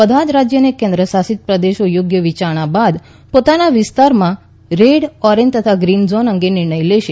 બધા જ રાજ્યો અને કેન્દ્ર શાસિત પ્રેદશો યોગ્ય વિચારણા બાદ પોતોના વિસ્તારોમાં રેડ ઓરેંજ તથા ગ્રીન ઝોન અંગે નિર્ણય લેશે